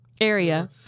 area